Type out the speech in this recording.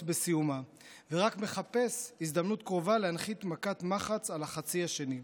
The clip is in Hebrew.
בסיומה ורק מחפש הזדמנות קרובה להנחית מכת מחץ על החצי השני,